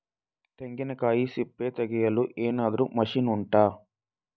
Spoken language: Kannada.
ತೆಂಗಿನಕಾಯಿ ಸಿಪ್ಪೆ ತೆಗೆಯಲು ಏನಾದ್ರೂ ಮಷೀನ್ ಉಂಟಾ